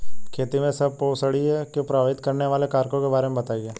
खेती में संपोषणीयता को प्रभावित करने वाले कारकों के बारे में बताइये